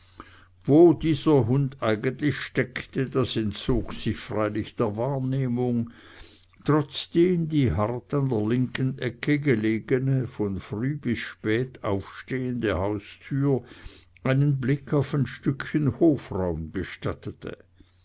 wo dieser hund eigentlich steckte das entzog sich freilich der wahrnehmung trotzdem die hart an der linken ecke gelegene von früh bis spät aufstehende haustür einen blick auf ein stückchen hofraum gestattete